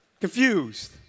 confused